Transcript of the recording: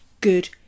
good